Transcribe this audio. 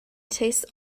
tastes